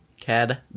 cad